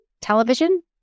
television